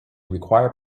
require